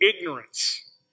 ignorance